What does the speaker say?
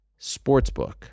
Sportsbook